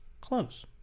close